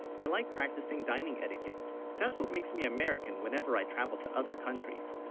i like practicing dining etiquette that's what, makes me american whenever i travel to other countries